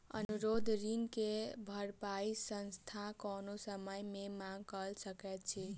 अनुरोध ऋण के भरपाई संस्थान कोनो समय मे मांग कय सकैत अछि